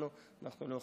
אנחנו לא יכולים להסכים.